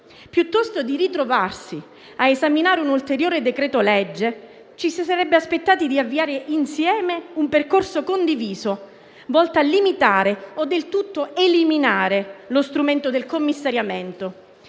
Piuttosto che ritrovarsi a esaminare un ulteriore decreto-legge, ci si sarebbe aspettati di avviare insieme un percorso condiviso, volto a limitare, o del tutto eliminare, lo strumento del commissariamento,